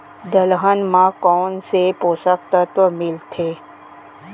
दलहन म कोन से पोसक तत्व मिलथे?